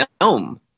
film